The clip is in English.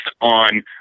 on